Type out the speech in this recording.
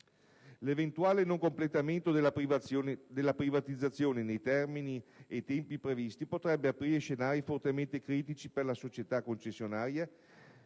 L'eventuale non completamento della privatizzazione nei termini e tempi previsti potrebbe aprire scenari fortemente critici per la società concessionaria